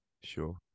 Sure